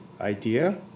idea